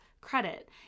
credit